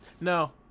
No